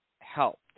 helped